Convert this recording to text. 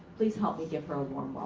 please help me give her a warm warm